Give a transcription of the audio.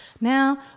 now